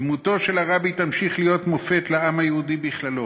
דמותו של הרבי תמשיך להיות מופת לעם היהודי בכללו,